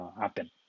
happen